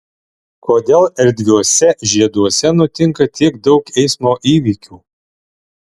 kodėl erdviuose žieduose nutinka tiek daug eismo įvykių